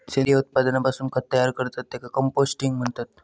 सेंद्रिय उत्पादनापासून खत तयार करतत त्येका कंपोस्टिंग म्हणतत